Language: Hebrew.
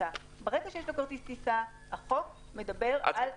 ברגע שיש לו כרטיס טיסה, החוק מדבר על ביטול.